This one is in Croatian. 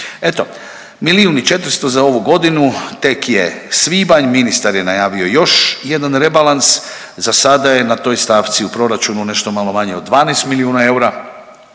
Eto, milijun i 400 za ovu godinu, tek je svibanj, ministar je najavio još jedan rebalans, za sada je na toj stavci u proračunu nešto malo manje od 12 milijuna eura,